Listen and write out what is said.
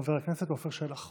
חבר הכנסת עפר שלח.